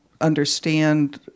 understand